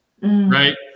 Right